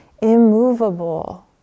immovable